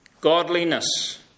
Godliness